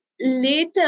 Later